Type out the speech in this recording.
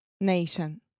Nation